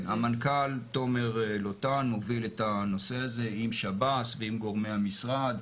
המנכ"ל תומר לוטן מוביל את הנושא הזה עם שב"ס ועם גורמי המשרד.